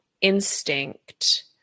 instinct